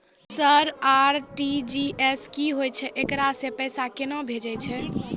Sir RTGS की होय छै, एकरा से पैसा केना भेजै छै?